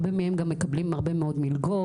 והרבה מהם גם מקבלים הרבה מאוד מלגות.